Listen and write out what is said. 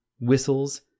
whistles